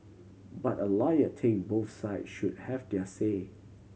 but a lawyer think both side should have their say